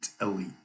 elite